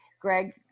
Greg